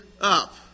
up